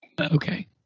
Okay